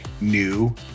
New